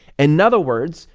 in other words,